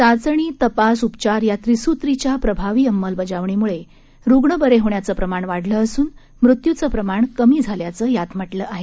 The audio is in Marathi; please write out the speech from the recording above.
चाचणी तपास उपचार या त्रिसूत्रीच्या प्रभावी अंमलबजावणीमुळे रुग्ण बरे होणाचं प्रमाण वाढलं असून मृत्यूचं प्रमाण कमी झाल्याचं यात म्हटलं आहे